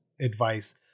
advice